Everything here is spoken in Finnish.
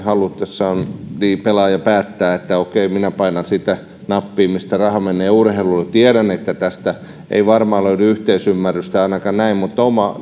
halutessaan päättää että okei minä painan sitä nappia mistä raha menee urheilulle tiedän että tästä ei varmaan löydy yhteisymmärrystä ainakaan näin mutta oma